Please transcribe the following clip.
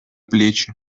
плечи